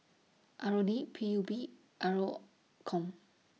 R O D P U B R O Com